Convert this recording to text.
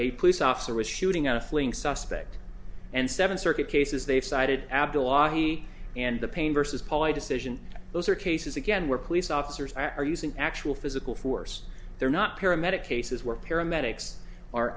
a police officer was shooting at a fleeing suspect and seven circuit cases they've cited abdulahi and the pain versus paul i decision those are cases again where police officers are using actual physical force they're not paramedic cases where paramedics